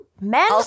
Men